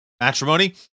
matrimony